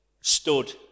stood